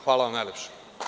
Hvala vam najlepše.